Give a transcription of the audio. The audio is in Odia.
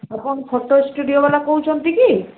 ଆପଣ ଫଟୋ ଷ୍ଟୁଡ଼ିଓବାଲା କହୁଛନ୍ତି କି